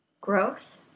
Growth